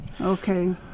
okay